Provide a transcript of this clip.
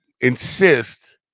insist